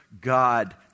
God